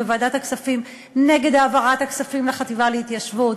בוועדת הכספים נגד העברת הכספים לחטיבה להתיישבות,